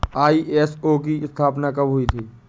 ISO की स्थापना कब हुई थी?